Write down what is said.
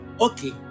okay